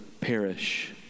perish